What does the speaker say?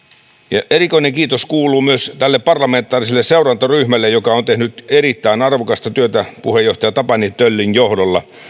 ja erikoinen kiitos kuuluu myös tälle parlamentaariselle seurantaryhmälle joka on tehnyt erittäin arvokasta työtä puheenjohtaja tapani töllin johdolla